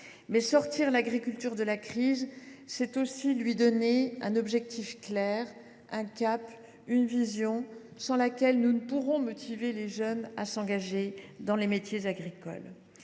étant, sortir l’agriculture de la crise, c’est aussi lui donner un objectif clair, un cap, une vision sans laquelle nous ne pourrons motiver les jeunes et leur donner envie de s’engager dans les métiers agricoles.